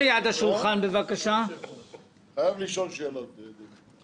אני חייב לשאול שאלות, אדוני.